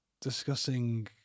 discussing